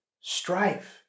strife